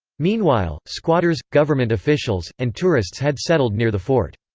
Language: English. meanwhile, squatters, government officials, and tourists had settled near the fort.